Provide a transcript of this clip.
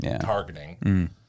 targeting